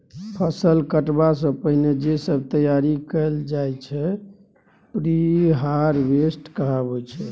फसल कटबा सँ पहिने जे सब तैयारी कएल जाइत छै प्रिहारवेस्ट कहाबै छै